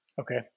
Okay